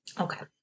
Okay